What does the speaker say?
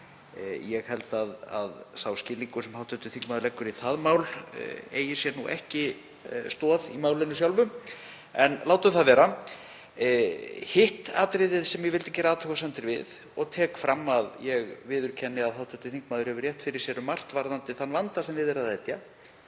Ég held að sá skilningur sem hv. þingmaður leggur í það mál eigi sér ekki stoð í málinu sjálfu. En látum það vera. Hitt atriðið sem ég vildi gera athugasemdir við, og tek fram að ég viðurkenni að hv. þingmaður hefur rétt fyrir sér um margt varðandi þann vanda sem við er að etja,